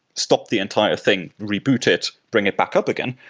stop the entire thing, reboot it, bring it back up again.